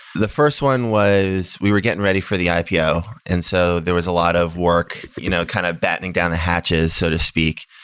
the first one was we were getting ready for the ipo, and so there was a lot of work, you know kind of battening down the hatches, so to speak.